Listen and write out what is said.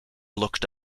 looked